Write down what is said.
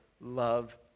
Love